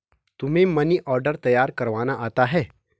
तुम्हें money order तैयार करवाना आता है?